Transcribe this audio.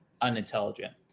unintelligent